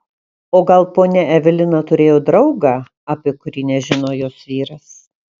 o gal ponia evelina turėjo draugą apie kurį nežino jos vyras